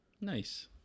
Nice